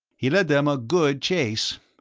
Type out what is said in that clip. he led them a good chase.